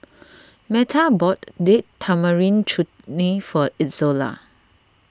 Meta bought Date Tamarind Chutney for Izola